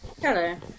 Hello